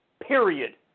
period